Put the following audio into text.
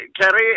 Kerry